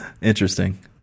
interesting